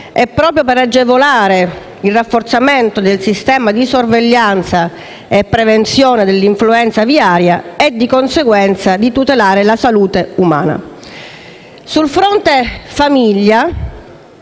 proprio per agevolare il rafforzamento del sistema di sorveglianza e prevenzione dell'influenza aviaria e, di conseguenza, tutelare la salute umana. Sul fronte famiglia,